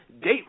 date